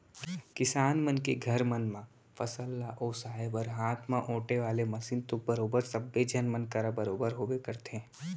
किसान मन के घर मन म फसल ल ओसाय बर हाथ म ओेटे वाले मसीन तो बरोबर सब्बे झन मन करा बरोबर होबे करथे